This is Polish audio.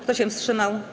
Kto się wstrzymał?